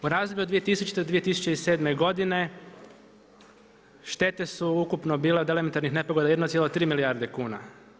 U razdoblju od 2000. do 2007. godine štete su ukupne bile od elementarnih nepogoda 1,3 milijarde kuna.